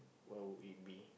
what would it be